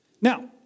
Now